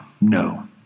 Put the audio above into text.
no